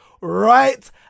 right